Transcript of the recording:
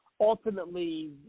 ultimately